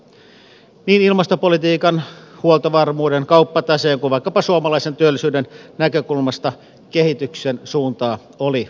niin ilmastopolitiikan huoltovarmuuden kauppataseen kuin vaikkapa suomalaisen työllisyyden näkökulmasta kehityksen suuntaa oli muutettava